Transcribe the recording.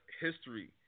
history